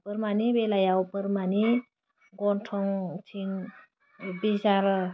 बोरमानि बेलायाव बोरमानि गन्थं थिन बे जार